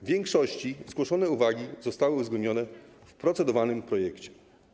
W większości zgłoszone uwagi zostały uwzględnione w procedowanym projekcie.